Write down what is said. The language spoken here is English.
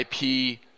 IP